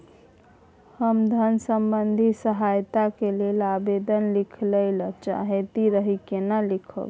हम धन संबंधी सहायता के लैल आवेदन लिखय ल चाहैत रही केना लिखब?